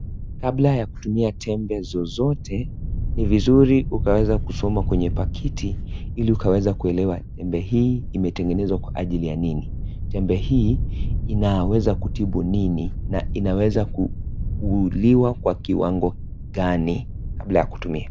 Kabla ya kutumia tembe zozote ni vizuri ukaweza kusoma kwenye pakiti iliukaweza kuelewa tembe hii imetengenezwa kwa ajili ya nini, tembe hii inaweza kutibu nini na inaweza kuuliwa kwa kiwando gani, kabla ya kutumia.